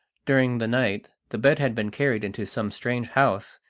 during the night, the bed had been carried into some strange house,